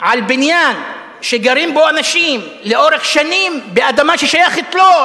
על בניין שגרים בו אנשים לאורך שנים באדמה ששייכת להם,